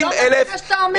אני לא מאמינה שאתה אומר את זה.